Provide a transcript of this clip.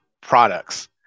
products